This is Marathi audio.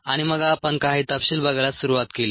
आणि मग आपण काही तपशील बघायला सुरुवात केली